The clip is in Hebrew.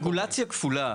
רגולציה כפולה,